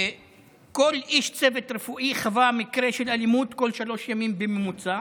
כל איש צוות רפואי חווה מקרה אלימות בכל שלושה ימים בממוצע,